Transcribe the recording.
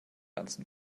jansen